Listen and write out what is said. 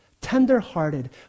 tenderhearted